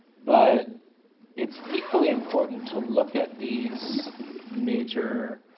but it's equally important to look at these major